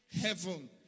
heaven